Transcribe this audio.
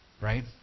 Right